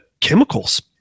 chemicals